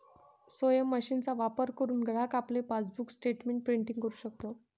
स्वयम मशीनचा वापर करुन ग्राहक आपले पासबुक स्टेटमेंट प्रिंटिंग करु शकतो